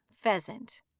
Pheasant